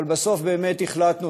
אבל בסוף באמת החלטנו,